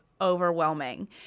overwhelming